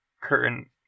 curtain